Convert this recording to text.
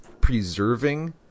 preserving